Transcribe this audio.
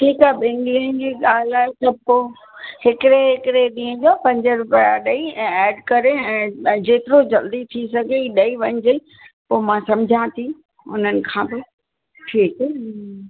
ठीकु आहे ॿिनि ॾींहंनि जी ॻाल्हि आहे त पोइ हिकिड़े ॾींहं जो पंज रुपया ॾई ऐं एड करे ऐं जेतिरो जल्दी थी सघई ॾई वञिजांइ पोइ मां समुझा थी हुननि खां बि ठीकु आहे